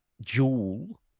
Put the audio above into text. Jewel